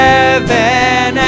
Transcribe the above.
Heaven